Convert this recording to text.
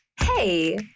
Hey